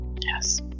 yes